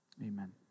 Amen